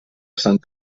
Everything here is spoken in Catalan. sant